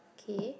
K